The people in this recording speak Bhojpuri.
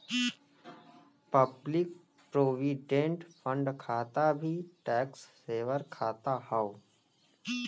पब्लिक प्रोविडेंट फण्ड खाता भी टैक्स सेवर खाता हौ